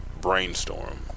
brainstorm